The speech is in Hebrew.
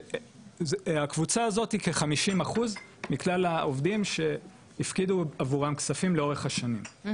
הקבוצה הזאת כ- 50% מכלל העובדים שהפקידו עבורם כספים לאורך שנים,